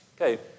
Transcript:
Okay